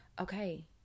okay